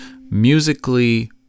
musically